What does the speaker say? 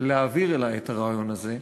להעביר אלי את הרעיון הזה.